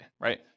right